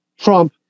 Trump